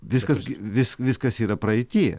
viskas vis viskas yra praeityje